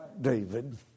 David